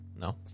No